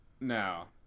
Now